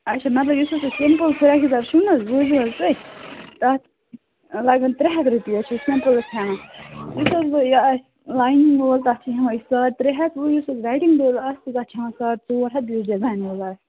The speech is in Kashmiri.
اَچھا مطلب یُس حظ یہِ سِمپُل فراکھ یزار چھُنہٕ حظ بوٗزِ حظ تُہۍ تَتھ لگن ترٛےٚ ہَتھ رۄپیہِ أسۍ چھِ سِمپُل ہٮ۪وان یُس حظ وۅنۍ یہِ آسہِ لاینٛگ وول تَتھ چھِ ہٮ۪وان أسۍ ساڑ ترٛےٚ ہَتھ وۅنۍ یُس حظ ویڈِنٛگ وول آسہِ تَتھ چھِ ہی۪وان ساڑ ژور ہَتھ بیٚیہِ یُس ڈِزاین وول آسہِ